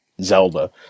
Zelda